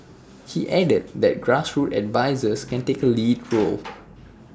he added that grassroots advisers can take A lead role